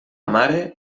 mare